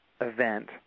event